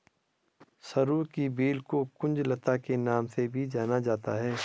सरू की बेल को कुंज लता के नाम से भी जाना जाता है